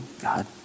God